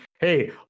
hey